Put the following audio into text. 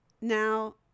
now